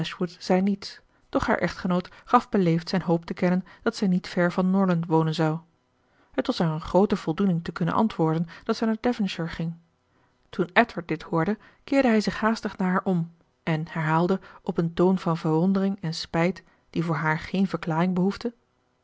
zei niets doch haar echtgenoot gaf beleefd zijn hoop te kennen dat zij niet ver van norland wonen zou het was haar een groote voldoening te kunnen antwoorden dat zij naar devonshire ging toen edward dit hoorde keerde hij zich haastig naar haar om en herhaalde op een toon van verwondering en spijt die voor haar geen verklaring behoefde